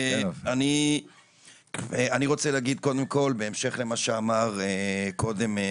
אני רוצה להגיד קודם כל בהמשך למה שאמר מר